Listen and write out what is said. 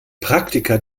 praktiker